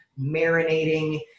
marinating